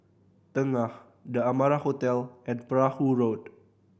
Tengah The Amara Hotel and Perahu Road